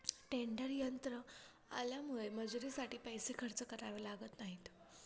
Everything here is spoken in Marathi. टेडर यंत्र आल्यामुळे मजुरीसाठी पैसे खर्च करावे लागत नाहीत